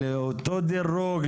על אותו דירוג,